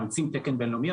מאמצים תקן בין-לאומי,